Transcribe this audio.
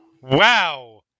Wow